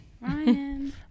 Ryan